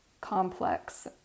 complex